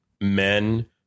men